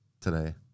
today